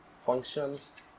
functions